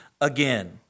again